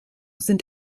sind